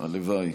הלוואי.